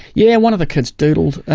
yeah one of the kids doodled.